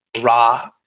raw